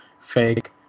fake